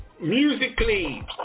Musically